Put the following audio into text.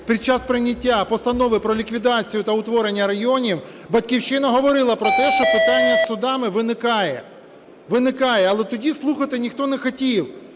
під час прийняття Постанови про ліквідацію та утворення районів "Батьківщина" говорила про те, що питання з судами виникає, виникає, але тоді слухати ніхто не хотів,